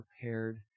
prepared